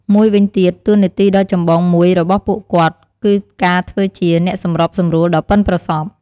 មួយវិញទៀត តួនាទីដ៏ចំបងមួយរបស់ពួកគាត់ គឺការធ្វើជា អ្នកសម្របសម្រួល ដ៏ប៉ិនប្រសប់។